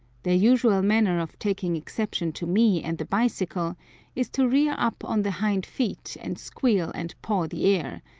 their usual manner of taking exception to me and the bicycle is to rear up on the hind feet and squeal and paw the air,